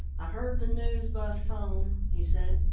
i heard the news by phone, he said.